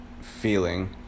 feeling